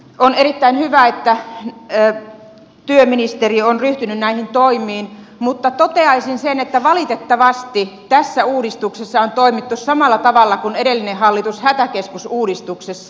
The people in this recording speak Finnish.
on erittäin hyvä että työministeri on ryhtynyt näihin toimiin mutta toteaisin sen että valitettavasti tässä uudistuksessa on toimittu samalla tavalla kuin edellinen hallitus hätäkeskusuudistuksessa